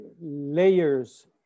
layers